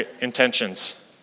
intentions